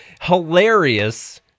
Hilarious